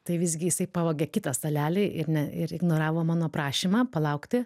tai visgi jisai pavogė kitą stalelį ir ne ir ignoravo mano prašymą palaukti